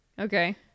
okay